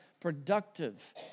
productive